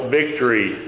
victory